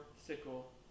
sickle